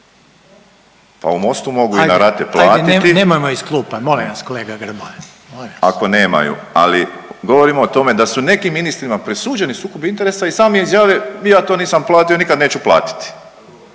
Pa u MOST-u mogu i na rate platiti. …/Upadica Reiner: Hajde nemojmo iz klupa molim vas kolega Grmoja./… Ako nemaju, ali govorimo o tome da su nekim ministrima presuđeni sukobi interesa i sami izjave ja to nisam platio, nikad neću platiti.